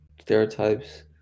stereotypes